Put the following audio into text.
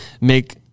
Make